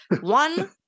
One